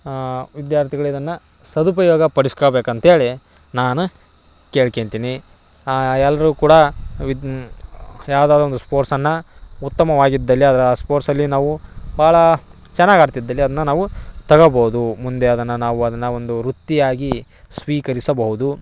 ಹಾಂ ವಿದ್ಯಾರ್ಥಿಗಳು ಇದನ್ನ ಸದುಪಯೋಗ ಪಡಿಸ್ಕೋಬೇಕು ಅಂತೇಳಿ ನಾನು ಕೇಳ್ಕೆಂತೀನಿ ಎಲ್ಲರೂ ಕೂಡ ವಿದ್ ಯಾವ್ದಾದರೂ ಒಂದು ಸ್ಪೋರ್ಟ್ಸನ್ನ ಉತ್ತಮವಾಗಿದ್ದಲ್ಲಿ ಅದರ ಸ್ಪೋರ್ಟ್ಸಲ್ಲಿ ನಾವು ಭಾಳ ಚೆನ್ನಾಗ್ ಆಡ್ತಿದ್ದಲ್ಲಿ ಅದನ್ನ ನಾವು ತಗಬೋದು ಮುಂದೆ ಅದನ್ನ ನಾವು ಅದನ್ನ ಒಂದು ವೃತ್ತಿಯಾಗಿ ಸ್ವೀಕರಿಸಬಹುದು